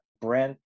Brent